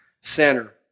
center